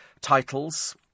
titles